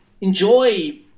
enjoy